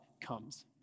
comes